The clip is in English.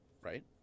right